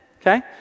okay